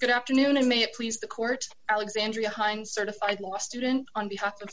good afternoon and may it please the court alexandria hi i'm certified law student on behalf of